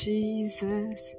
Jesus